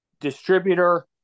distributor